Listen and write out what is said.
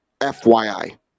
FYI